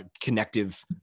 connective